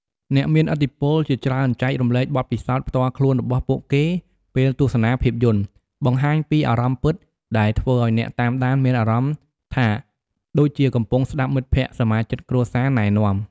អ្នកមានឥទ្ធិពលជាច្រើនចែករំលែកបទពិសោធន៍ផ្ទាល់ខ្លួនរបស់ពួកគេពេលទស្សនាភាពយន្ត បង្ហាញពីអារម្មណ៍ពិត ដែលធ្វើឱ្យអ្នកតាមដានមានអារម្មណ៍ថាដូចជាកំពុងស្តាប់មិត្តភក្តិសមាជិកគ្រួសារណែនាំ។